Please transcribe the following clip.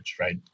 right